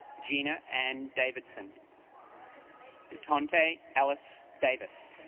gina and davidson atonte ellis davis